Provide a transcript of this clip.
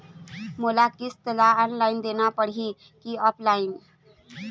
मोला किस्त ला ऑनलाइन देना पड़ही की ऑफलाइन?